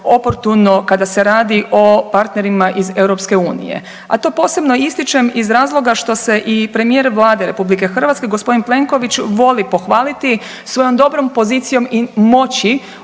oportuno kada se radi o partnerima iz Europske unije. A to posebno ističem iz razloga što se i premijer Vlade Republike Hrvatske, gospodin Plenković voli pohvaliti svojom dobrom pozicijom i moći,